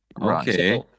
Okay